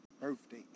birthday